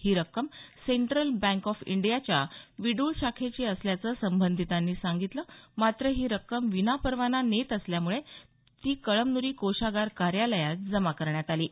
ही रक्कम central bank of इंडियाच्या विड्ळ शाखेची असल्याचं संबंधितांनी सांगितलं मात्र ही रक्कम विनापरवाना नेत असल्यामुळे ती कळमनुरी कोषागार कार्यालयात जमा करण्यात आली आहे